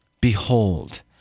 Behold